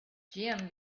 jim